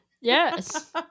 Yes